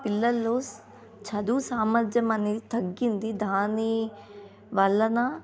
పిల్లల్లో చదువు సామర్థ్యం అనేది తగ్గింది దాని వలన